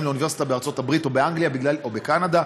לאוניברסיטה בארצות הברית או באנגליה או בקנדה,